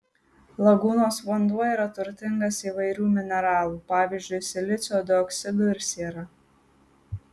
lagūnos vanduo yra turtingas įvairių mineralų pavyzdžiui silicio dioksidu ir siera